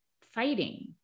fighting